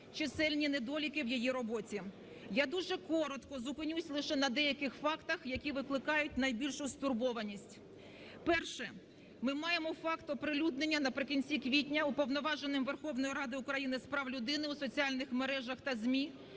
чисельні недоліки в її роботі. Я дуже коротко зупинюсь лише на деяких фактах, які викликають найбільшу стурбованість. Перше. Ми маємо факт оприлюднення наприкінці квітня Уповноваженим Верховної Ради України з прав людини у соціальних мережах та ЗМІ